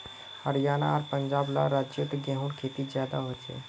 हरयाणा आर पंजाब ला राज्योत गेहूँर खेती ज्यादा होछे